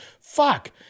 Fuck